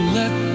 let